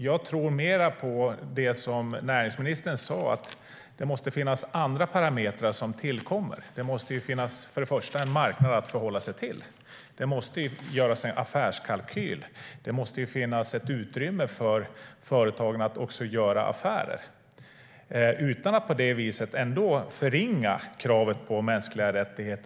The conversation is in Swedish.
Jag tror mer på det som näringsministern sa. Det måste finnas andra parametrar som tillkommer. Det måste först och främst finnas en marknad att förhålla sig till. Det måste göras en affärskalkyl. Det måste finnas ett utrymme för företagen att göra affärer. Detta sagt utan att på det viset förringa kravet på mänskliga rättigheter.